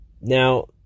Now